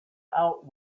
out